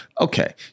Okay